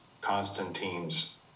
Constantine's